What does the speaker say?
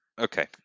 Okay